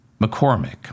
McCormick